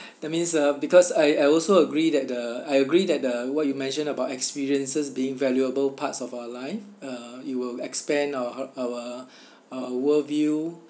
that means uh because I I also agree that uh I agree that uh what you mentioned about experiences being valuable parts of our life uh it will expand our uh our uh worldview